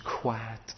quiet